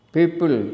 People